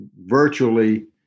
virtually